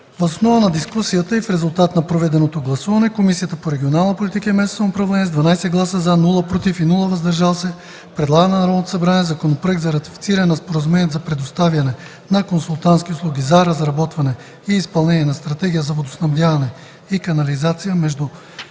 Въз основа на дискусията и в резултат на проведеното гласуване, Комисията по регионална политика и местно самоуправление с 12 гласа „за”, без „против” и „въздържали се”, предлага на Народното събрание Законопроект за ратифициране на Споразумението за предоставяне на консултантски услуги за разработване и изпълнение на стратегия за водоснабдяване и канализация между